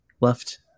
left